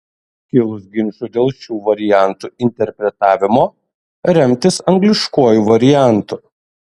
kilus ginčui dėl šių variantų interpretavimo remtis angliškuoju variantu